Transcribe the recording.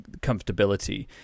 comfortability